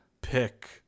Pick